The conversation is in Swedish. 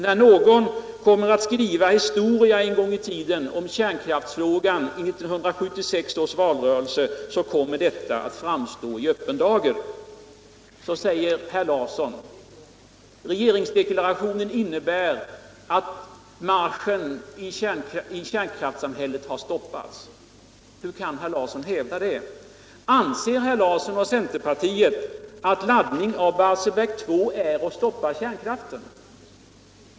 När någon en gång i tiden skriver historia: om kärnkraftsfrågan i 1976 års valrörelse kommer detta att framstå i öppen dager. Så säger herr Larsson att regeringsdeklarationen innebär att marschen mot: kärnkraftssamhället har stoppats. Hur kan herr Larsson hävda det? Anser herr Larsson som centerpartiet att laddningen av Barsebiäck 2 är att stoppa kärnkraften?